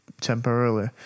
temporarily